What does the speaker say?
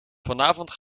vanavond